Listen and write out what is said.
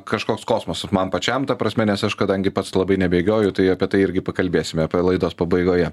kažkoks kosmosas man pačiam ta prasme nes aš kadangi pats labai nebėgioju tai apie tai irgi pakalbėsime laidos pabaigoje